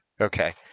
Okay